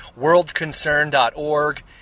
Worldconcern.org